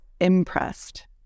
impressed